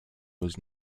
was